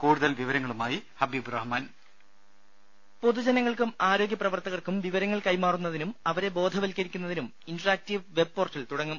കൂടുതൽ വിവരങ്ങളുമായി ഹബീബ് റഹ്മാൻ വോയിസ് പൊതുജനങ്ങൾക്കും ആരോഗ്യപ്രവർത്തകർക്കും വിവരങ്ങൾ കൈമാറുന്നതിനും അവരെ ബോധവത്ക്കരിക്കുന്നതിനും ഇന്ററാക്ടീവ് വെബ് പോർട്ടൽ തുടങ്ങും